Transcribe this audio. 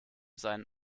seinen